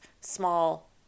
small